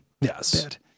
Yes